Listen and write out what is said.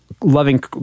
loving